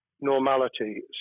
normality